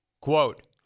Quote